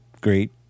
great